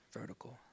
vertical